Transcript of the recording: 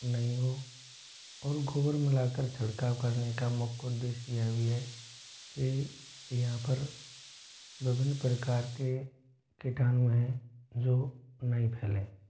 नई हो और गोबर मिला कर छीड़काव करने का मुख्य उद्देश्य यह भी है कि यहाँ पर विभिन्न प्रकार के कीटाणु हैं जो नहीं फैलें